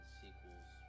sequels